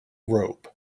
robe